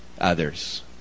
others